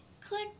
click